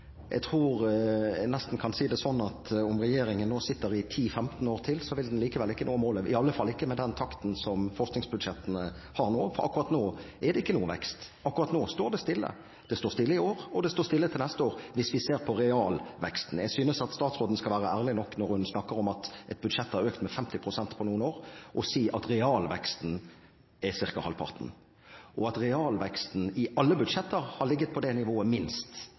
Jeg tror jeg nesten kan si at om regjeringen sitter i 10–15 år til, vil den likevel ikke nå målet – i alle fall ikke med den takten som forskningsbudsjettene har nå. Akkurat nå er det ikke noen vekst, akkurat nå står det stille. Det har stått stille i år, og det vil stå stille til neste år, hvis vi ser på realveksten. Jeg synes at statsråden skal være ærlig når hun snakker om at et budsjett har økt med 50 pst. på noen år, og si at realveksten er ca. halvparten, at realveksten i alle budsjetter har ligget på det nivået, minst,